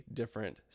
different